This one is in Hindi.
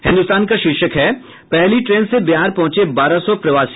हिन्दुस्तान की शीर्षक है पहली ट्रेन से बिहार पहुंचे बारह सौ प्रवासी